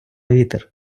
вітер